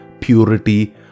purity